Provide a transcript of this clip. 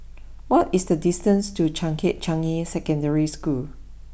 what is the distance to Changkat Changi Secondary School